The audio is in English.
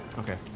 okay.